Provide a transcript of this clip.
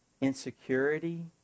insecurity